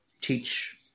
teach